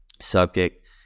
subject